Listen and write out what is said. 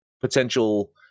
potential